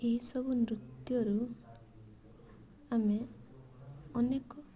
ଏହି ସବୁ ନୃତ୍ୟରୁ ଆମେ ଅନେକ